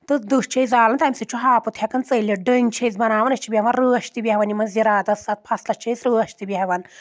تہٕ دٔہ چھِ أسۍ زالان تَمہِ سۭتۍ چھُ ہاپُت ہؠکان ژٔلِتھ ڈٔنۍ چھِ أسۍ بَناوان أسۍ چھِ بیٚہوان رٲچھ تہِ بیٚہوان یِمن زِراعتَس اَتھ فصلَس چھِ أسۍ رٲچھ تہِ بیٚہوان